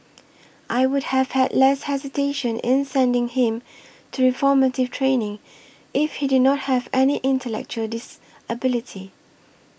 I would have had less hesitation in sending him to reformative training if he did not have any intellectual disability